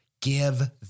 Give